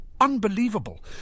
Unbelievable